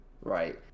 right